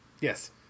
yes